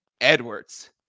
Edwards